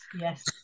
yes